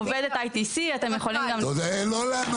עובדת ITC, אתם יכולים --- לא לענות.